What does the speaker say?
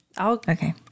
Okay